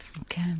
Okay